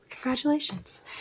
Congratulations